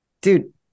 dude